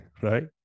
right